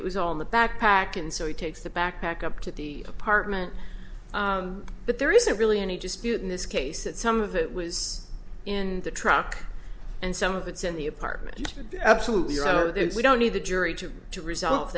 it was all in the backpack and so he takes the backpack up to the apartment but there isn't really any dispute in this case that some of it was in the truck and some of it's in the apartment absolutely so it's we don't need the jury to to res